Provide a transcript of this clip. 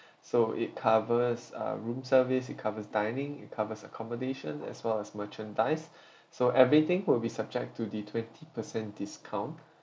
so it covers uh room service it covers dining it covers accommodation as well as merchandise so everything will be subject to the twenty per cent discount